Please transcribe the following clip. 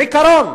בעיקרון,